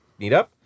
Meetup